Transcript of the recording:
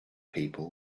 people